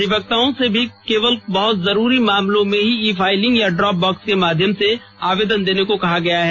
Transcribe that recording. अधिवक्ताओं से भी केवल बहुत जरूरी मामलों में ही ई फाइलिंग या ड्रॉप बॉक्स के माध्यम से आवेदन देने कहा गया है